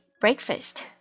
breakfast